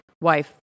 wife